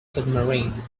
submarine